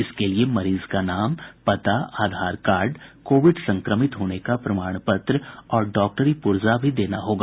इसके लिए मरीज का नाम पता आधार कार्ड कोविड संक्रमित होने का प्रमाण पत्र और डॉक्टरी पूर्जा भी देना होगा